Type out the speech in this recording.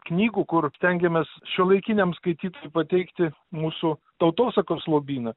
knygų kur stengiamės šiuolaikiniam skaitytojui pateikti mūsų tautosakos lobyną